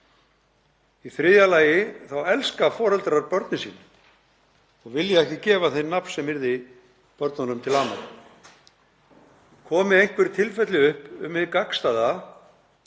Í þriðja lagi þá elska foreldrar börnin sín og vilja ekki gefa þeim nafn sem yrði börnunum til ama. Komi einhver tilfelli upp um hið gagnstæða